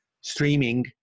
streaming